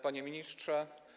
Panie Ministrze!